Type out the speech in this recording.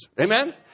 Amen